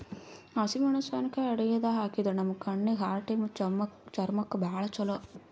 ಹಸಿಮೆಣಸಿಕಾಯಿ ಅಡಗಿದಾಗ್ ಹಾಕಿದ್ರ ನಮ್ ಕಣ್ಣೀಗಿ, ಹಾರ್ಟಿಗಿ ಮತ್ತ್ ಚರ್ಮಕ್ಕ್ ಭಾಳ್ ಛಲೋ